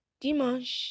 dimanche